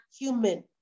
human